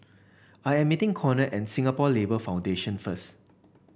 I am meeting Conner at Singapore Labour Foundation first